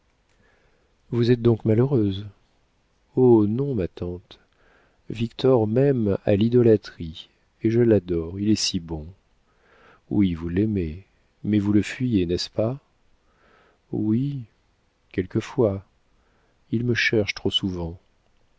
vous êtes donc malheureuse oh non ma tante victor m'aime à l'idolâtrie et je l'adore il est si bon oui vous l'aimez mais vous le fuyez n'est-ce pas oui quelquefois il me cherche trop souvent